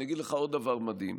אני אגיד לך עוד דבר מדהים: